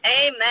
Amen